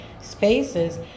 spaces